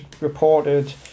reported